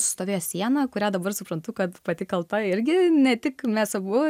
stovėjo siena kurią dabar suprantu kad pati kalta irgi ne tik mes abu